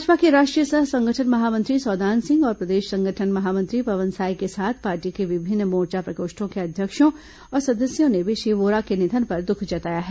भाजपा के राष्ट्रीय सह संगठन महामंत्री सौदान सिंह और प्रदेश संगठन महामंत्री पवन साय के साथ पार्टी के विभिन्न मोर्चा प्रकोष्ठों के अध्यक्षों और सदस्यों ने भी श्री वोरा के निधन पर दुख जताया है